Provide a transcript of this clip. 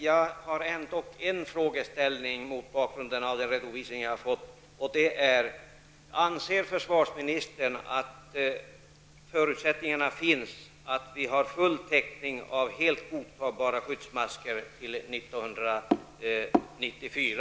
En fråga vill jag dock ställa med anledning av den redovisning som vi har fått: Anser försvarsministern att vi har full täckning med helt godtagbara skyddsmasker till 1994?